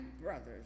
brothers